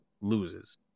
loses